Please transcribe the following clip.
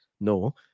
No